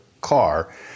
car